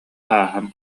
ааһан